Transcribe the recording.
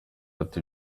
ati